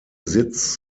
sitz